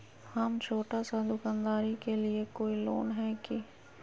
हम छोटा सा दुकानदारी के लिए कोई लोन है कि?